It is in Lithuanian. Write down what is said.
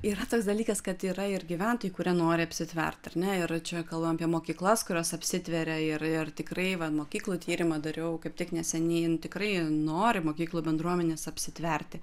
yra tas dalykas kad yra ir gyventojų kurie nori apsitvert ar ne ir čia kalbam apie mokyklas kurios apsitveria ir ir tikrai va mokyklų tyrimą dariau kaip tik neseniai nu tikrai nori mokyklų bendruomenės apsitverti